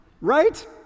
right